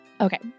Okay